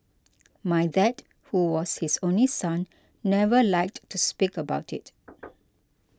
my dad who was his only son never liked to speak about it